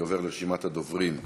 אני עובר לרשימת הדוברים: